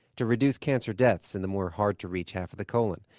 to reduce cancer deaths in the more hard-to-reach half of the colon.